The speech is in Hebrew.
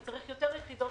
וצריך יותר יחידות,